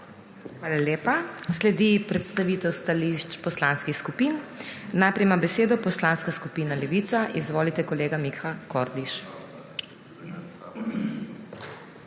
Hvala lepa. Sledi predstavitev stališč poslanskih skupin. Najprej ima besedo Poslanska skupina Levica. Izvolite, kolega Miha Kordiš.